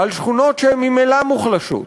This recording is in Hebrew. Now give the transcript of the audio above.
על שכונות שהן ממילא מוחלשות,